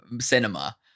cinema